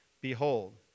behold